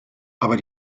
aber